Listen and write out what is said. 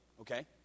Okay